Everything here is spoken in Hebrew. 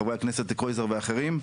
חברי הכנסת קרויזר ואחרים.